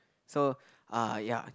so uh ya